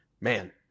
man